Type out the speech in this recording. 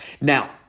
Now